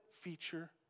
feature